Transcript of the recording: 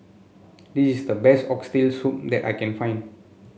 this is the best Oxtail Soup that I can find